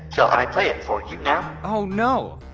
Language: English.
shall i play it for you now? oh, no.